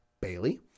Bailey